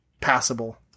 passable